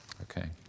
Okay